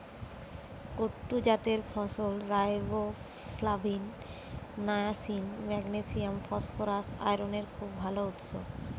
কুট্টু জাতের ফসল riboflavin, niacin, magnesium, phosphorus, আয়রনের খুব ভাল উৎস